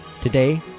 Today